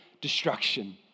destruction